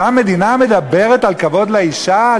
אותה מדינה מדברת על כבוד לאישה?